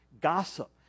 gossip